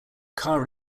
carr